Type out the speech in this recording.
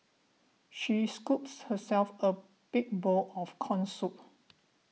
she scooped herself a big bowl of Corn Soup